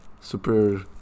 super